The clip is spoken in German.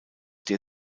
der